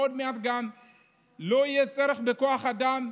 ועוד מעט גם לא יהיה צורך בכוח אדם,